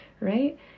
Right